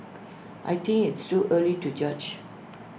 I think it's too early to judge